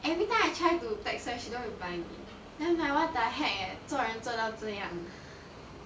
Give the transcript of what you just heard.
every time I try to text her she don't reply me then I'm like what the heck eh 做人做到这样